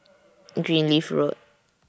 Greenleaf Road